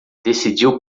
decidiu